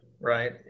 right